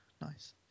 Nice